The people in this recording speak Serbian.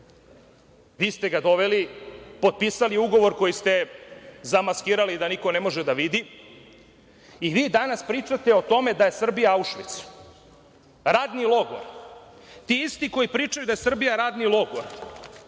Vi ste ga doveli, potpisali ugovor koji ste zamaskirali da niko ne može da vidi i vi danas pričate o tome da je Srbija Aušvic, radni logor. Ti isti koji pričaju da je Srbija radni logor,